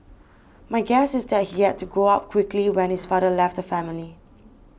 my guess is that he had to grow up quickly when his father left the family